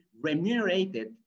remunerated